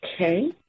Okay